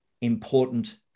important